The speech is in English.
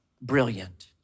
Brilliant